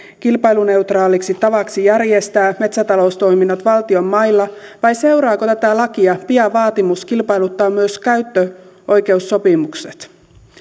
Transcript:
kilpailuneutraaliksi tavaksi järjestää metsätaloustoiminnot valtion mailla vai seuraako tätä lakia pian vaatimus kilpailuttaa myös käyttöoikeussopimukset